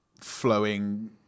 flowing